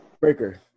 Breaker